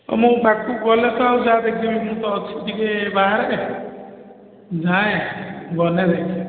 ମୁଁ ପାଖକୁ ଗଲେ ତ ଆଉ ଯାହା ଦେଖିବା ମୁଁ ତ ଅଛି ଟିକେ ବାହାରେ ଯାଏଁ ଗନେ